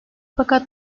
fakat